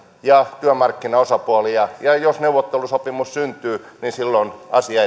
ja työmarkkinaosapuolia ja jos neuvottelusopimus syntyy niin silloin asia